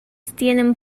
tienen